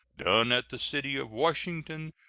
done at the city of washington,